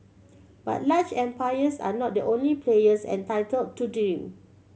but large empires are not the only players entitled to dream